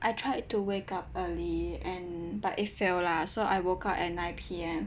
I tried to wake up early and but it failed lah so I woke up at nine P_M